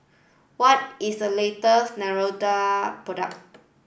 what is the latest product